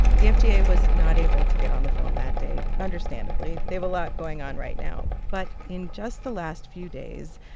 the fda was not able to get on the phone that day, understandably. they have a lot going on right now. but in just the last few days,